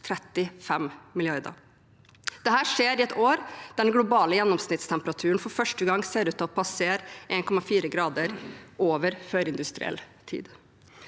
35 mrd. kr. Dette skjer i et år da den globale gjennomsnittstemperaturen for første gang ser ut til å passere 1,4 grader over førindustriell tid.